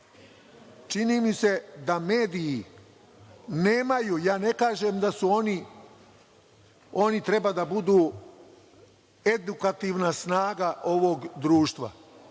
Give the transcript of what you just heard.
čini mi se da mediji nemaju, ja ne kažem da su oni, oni treba da budu edukativna snaga ovog društva,